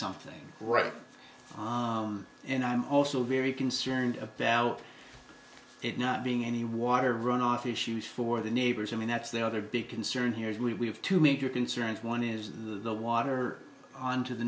something right and i'm also very concerned about it not being any water runoff issues for the neighbors i mean that's the other big concern here is we have two major concerns one is the water onto the